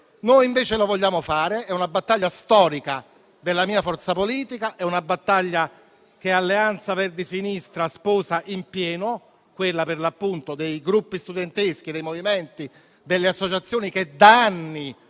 Noi invece lo vogliamo fare: è una battaglia storica della mia forza politica e una battaglia che Alleanza Verdi e Sinistra sposa in pieno, quella per l'appunto dei gruppi studenteschi, dei movimenti e delle associazioni che da anni